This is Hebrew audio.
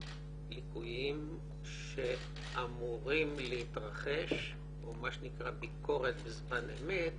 ליקויים שאמורים להתרחש או מה שנקרא ביקורת בזמן אמת